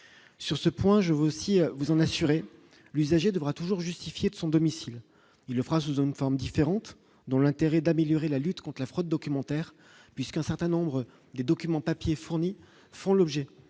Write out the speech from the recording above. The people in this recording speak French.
sur ce point je vous aussi vous en assurer l'usager devra toujours justifier de son domicile, il le fera sous une forme différente dans l'intérêt d'améliorer la lutte conte la fraude documentaire puisqu'un certain nombre de documents papiers fournis font l'objet